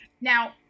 Now